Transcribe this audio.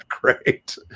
great